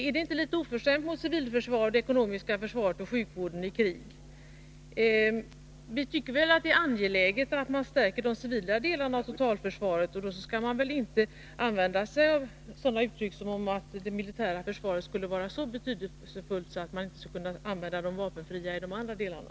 Är det inte litet oförskämt mot civilförsvaret, det ekonomiska försvaret och sjukvården i krig? Vi tycker väl alla att det är angeläget att man stärker de civila delarna av totalförsvaret, och då skall man väl inte använda sig av uttryck som att det militära försvaret skulle vara så betydelsefullt att man inte skulle kunna använda de vapenfria i de andra delarna.